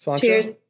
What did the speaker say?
Cheers